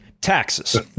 Taxes